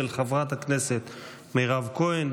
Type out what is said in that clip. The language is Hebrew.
של חברת הכנסת מירב כהן.